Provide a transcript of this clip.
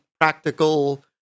practical